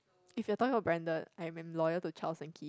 if you're talking about branded I have been loyal to Charles and Keith